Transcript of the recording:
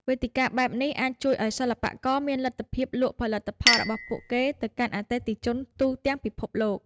វេទិកាបែបនេះអាចជួយឱ្យសិល្បករមានលទ្ធភាពលក់ផលិតផលរបស់ពួកគេទៅកាន់អតិថិជនទូទាំងពិភពលោក។